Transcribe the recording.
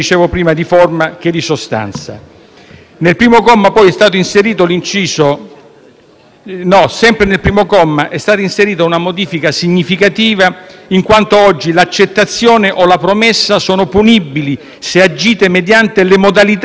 nel primo comma è stata inserita una modifica significativa in quanto oggi l'accettazione o la promessa sono punibili se agite mediante le modalità di cui all'articolo 416-*bis*.